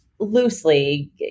loosely